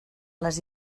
les